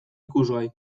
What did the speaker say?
ikusgai